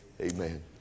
Amen